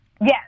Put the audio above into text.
Yes